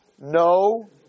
no